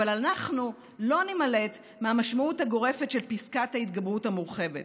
אבל אנחנו לא נימלט מהמשמעות הגורפת של פסקת ההתגברות המורחבת.